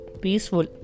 peaceful